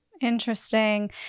Interesting